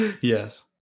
yes